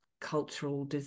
cultural